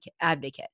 advocate